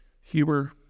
Huber